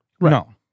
No